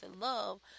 love